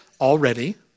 Already